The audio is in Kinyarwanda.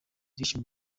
ibyishimo